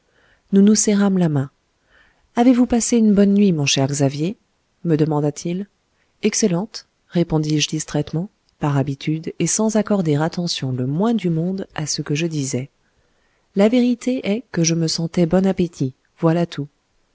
nous nous serrâmes la main avez-vous passé une bonne nuit mon cher xavier me demanda-t-il excellente répondis-je distraitement par habitude et sans accorder attention le moins du monde à ce que je disais la vérité est que je me sentais bon appétit voilà tout